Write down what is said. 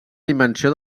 dimensió